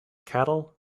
cattle